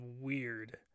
weird